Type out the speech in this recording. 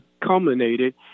culminated